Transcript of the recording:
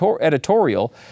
editorial